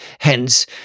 Hence